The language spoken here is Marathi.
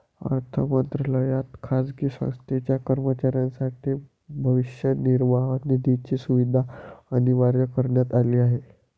अर्थ मंत्रालयात खाजगी संस्थेच्या कर्मचाऱ्यांसाठी भविष्य निर्वाह निधीची सुविधा अनिवार्य करण्यात आली आहे